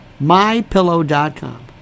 MyPillow.com